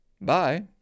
Bye